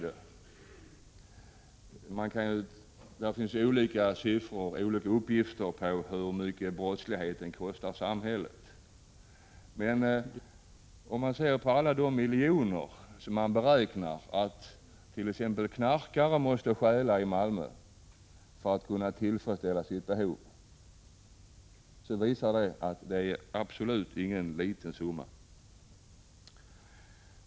Det finns olika uppgifter om hur mycket brottsligheten kostar samhället, men alla de miljoner som det beräknas att knarkare måste stjäla bara i Malmö för att kunna tillfredsställa sitt behov visar att det är absolut ingen liten summa.